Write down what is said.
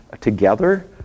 together